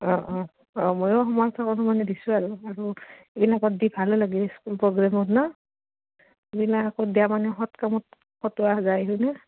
অঁ অঁ অঁ ময়ো মানে দিছোঁ আৰু আৰু এইবিলাকত দি ভালে লাগে স্কুল প্ৰগ্ৰেমত ন দিয়া মানে সৎ কামত খটোৱা যায় হয়নে